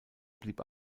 blieb